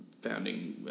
founding